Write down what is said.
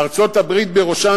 וארצות-הברית בראשן,